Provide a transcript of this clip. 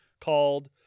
called